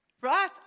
right